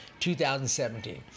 2017